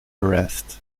arrest